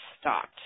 stopped